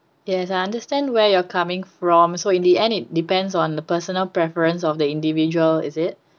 yes I understand where you're coming from so in the end it depends on the personal preference of the individual is it